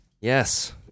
Yes